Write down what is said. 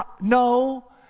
no